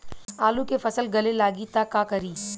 आलू के फ़सल गले लागी त का करी?